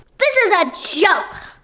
this is a joke!